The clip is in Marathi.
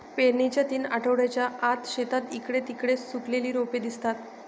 पेरणीच्या तीन आठवड्यांच्या आत, शेतात इकडे तिकडे सुकलेली रोपे दिसतात